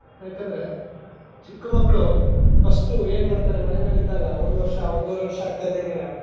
ಏಕೆಂದ್ರೆ ಚಿಕ್ಕ ಮಕ್ಕಳು ಫಸ್ಟು ಏನು ಮಾಡ್ತಾರೆ ಮನೆಯಲ್ಲಿದ್ದಾಗ ಒಂದು ವರ್ಷ ಒಂದೂವರೆ ವರ್ಷ ಆಗ್ತಾಯಿದ್ದಂಗೆನೇ